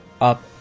Up